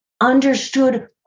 understood